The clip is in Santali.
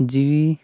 ᱡᱤᱣᱤ